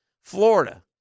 Florida